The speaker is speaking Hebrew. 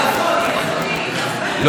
לא, לא אמרתי שאני אדבר בקצרה.